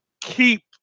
keep